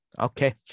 Okay